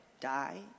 die